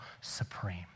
supreme